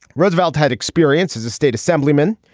roosevelt had experience as a state assemblyman.